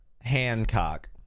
Hancock